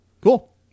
cool